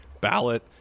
ballot